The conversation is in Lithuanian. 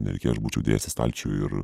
netgi aš būčiau dėjęs į stalčių ir